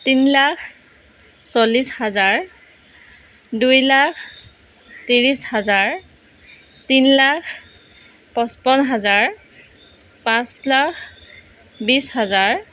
তিন লাখ চল্লিছ হাজাৰ দুই লাখ ত্ৰিছ হাজাৰ তিন লাখ পঁচপন হাজাৰ পাঁচ লাখ বিছ হাজাৰ